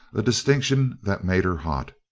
a distinction that made her hot.